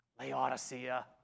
Laodicea